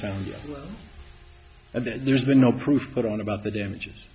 found and there's been no proof put on about the damages